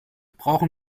brauchen